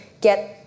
get